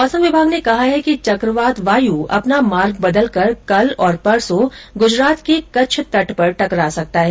मौसम विभाग ने कहा है कि चक्रवात वायु अपना मार्ग बदलकर कल और परसो गुजरात के कच्छ तट पर टकरा सकता है